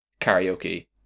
karaoke